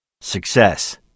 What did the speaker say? Success